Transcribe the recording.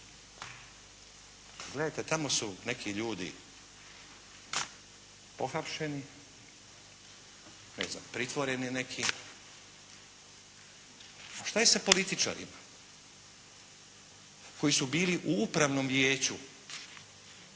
Gledajte tamo su neki ljudi pohapšeni, ne znam pritvoreni neki. A šta je sa političarima koji su bili u upravnom vijeću